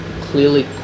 clearly